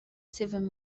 seven